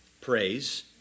praise